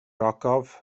ogof